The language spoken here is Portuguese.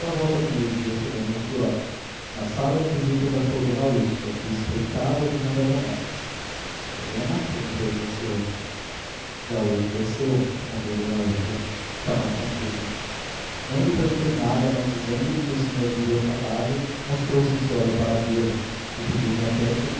volta do meio-dia chegou melchior na sala de visitas achou d úrsula que o espreitava de uma das janelas helena perguntou ele ansioso já hoje desceu respondeu d úrsula está mais tranqüila não lhe perguntei nada mas dizendo-lhe que o senhor viria falar-lhe mostrou-se ansiosa por vê-lo e pediu-me até que